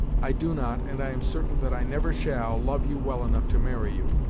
i do not, and i am certain that i never shall, love you well enough to marry you.